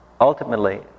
ultimately